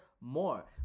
more